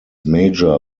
major